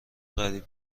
قریب